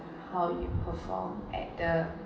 how you perform at the